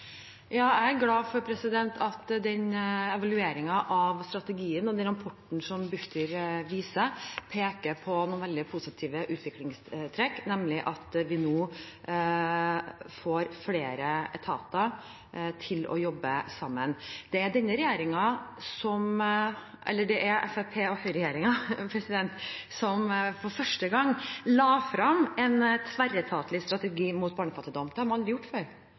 Jeg er glad for at evalueringen av strategien og rapporten som Bufdir viste til, peker på noen veldig positive utviklingstrekk, nemlig at vi nå får flere etater til å jobbe sammen. Det var Høyre–Fremskrittsparti-regjeringen som for første gang la fram en tverretatlig strategi mot barnefattigdom. Det har man ikke gjort